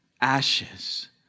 ashes